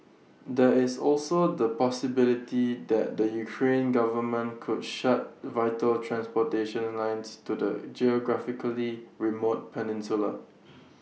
there is also the possibility that the Ukrainian government could shut vital transportation lines to the geographically remote peninsula